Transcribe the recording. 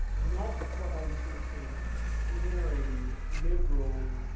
not from a sort of, sneering liberal,